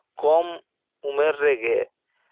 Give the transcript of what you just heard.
ᱠᱚᱢ ᱩᱢᱮᱨ ᱨᱮᱜᱮ